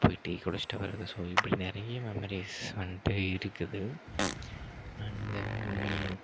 போய் டீ குடிச்சிவிட்டு வரது ஸோ இப்படி நிறைய மெமரிஸ் வந்துவிட்டு இருக்குது அண்ட் தென்